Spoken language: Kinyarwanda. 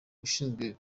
ushinzwe